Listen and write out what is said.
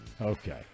Okay